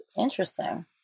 interesting